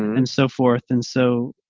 and so forth. and so